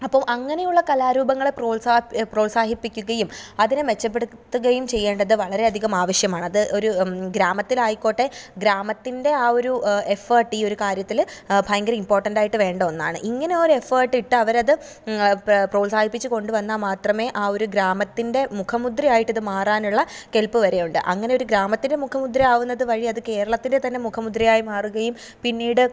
അപ്പോൾ അങ്ങനെയുള്ള കലാരൂപങ്ങളെ പ്രോത്സാഹിപ്പിക്കുകയും അതിനെ മെച്ചപ്പെടുത്തുകയും ചെയ്യേണ്ടത് വളരെയധികം ആവശ്യമാണ് അത് ഒരു ഗ്രാമത്തിലായിക്കോട്ടെ ഗ്രാമത്തിൻ്റെ ആ ഒരു എഫേർട്ട് ഈ ഒരു കാര്യത്തിൽ ഭയങ്കര ഇംപോർട്ടൻറ്റ് ആയിട്ട് വേണ്ട ഒന്നാണ് ഇങ്ങനെ ഒരു എഫേർട്ട് ഇട്ട് അവരത് പ്രോത്സാഹിപ്പിച്ചു കൊണ്ടുവന്നാൽ മാത്രമേ ആ ഒരു ഗ്രാമത്തിൻ്റെ മുഖമുദ്രയായിട്ട് ഇത് മാറാനുള്ള കെൽപ്പ് വരെയുണ്ട് അങ്ങനൊരു ഗ്രാമത്തിന് മുഖമുദ്രയാവുന്നത് വഴി അത് കേരളത്തിൻ്റെ തന്നെ മുഖമുദ്രയായി മാറുകയും പിന്നീട്